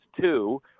two